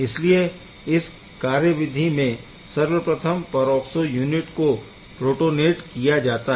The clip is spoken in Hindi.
इसलिए इस कार्यविधि में सर्वप्रथम परऑक्सो यूनिट को प्रोटोनेट किया जाता है